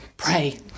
pray